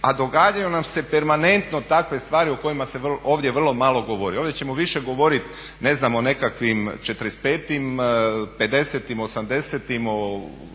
a događaju nam se permanentno takve stvari o kojima se ovdje vrlo malo govori. Ovdje ćemo više govoriti ne znam o nekakvim '45., '50, '80.